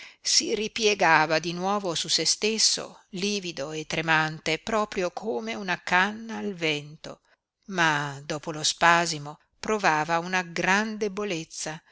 si ripiegava di nuovo su sé stesso livido e tremante proprio come una canna al vento ma dopo lo spasimo provava una gran